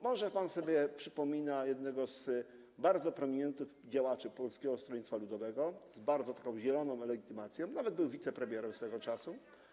Może pan sobie przypomina jednego z bardzo prominentnych działaczy Polskiego Stronnictwa Ludowego, z bardzo zieloną legitymacją, nawet był wicepremierem swojego czasu.